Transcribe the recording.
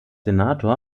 senator